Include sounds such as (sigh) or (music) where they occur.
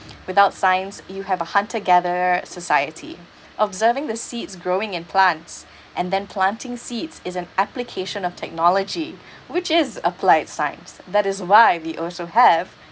without science you have a hunter gatherer society observing the seeds growing in plants (breath) and then planting seeds is an application of technology (breath) which is applied science that is why we also have